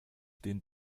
dient